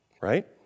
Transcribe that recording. Right